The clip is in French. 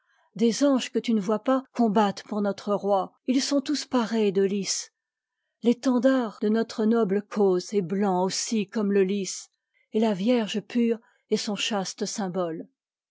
des anges que tu ne vois pas combattent pour notre roi ils sont tous parés de lis l'étendard de notre noble cause est blanc aussi comme le lis et la vierge pure est son chaste symbole